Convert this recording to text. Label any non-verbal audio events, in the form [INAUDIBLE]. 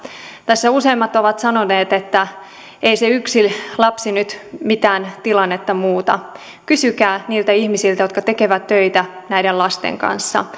tässä useammat ovat sanoneet että ei se yksi lapsi nyt mitään tilannetta muuta kysykää niiltä ihmisiltä jotka tekevät töitä näiden lasten kanssa [UNINTELLIGIBLE]